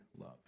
love